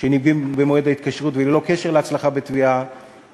שנגבים במועד ההתקשרות וללא קשר להצלחה בתביעה,